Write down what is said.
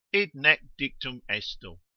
id nec dictum esto.